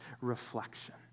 reflection